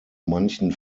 manchen